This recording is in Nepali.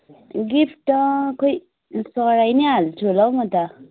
गिफ्ट त खोई सराउ नै हाल्छु होला हौ म त